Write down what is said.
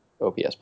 OPS